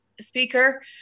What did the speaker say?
speaker